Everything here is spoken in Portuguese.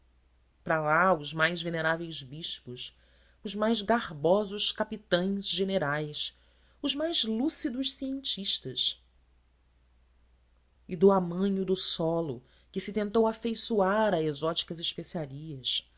para lá os mais veneráveis bispos os mais garbosos capitães generais os mais lúcidos cientistas e do amanho do solo que se tentou afeiçoar a exóticas especiarias